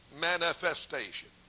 Manifestation